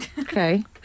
Okay